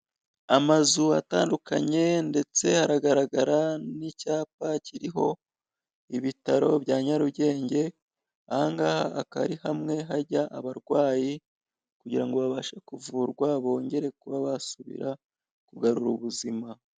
Amazu atandukanye ndetse haragaragara n'icyapa kiriho ibitaro bya Nyarugenge, ahangaha akaba ari hamwe hajya abarwayi kugira ngo babashe kuvurwa bongere kuba basubira kugarura ubuzima.